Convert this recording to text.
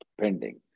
pending